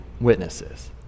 witnesses